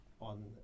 on